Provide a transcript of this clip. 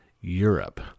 Europe